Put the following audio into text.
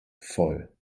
voll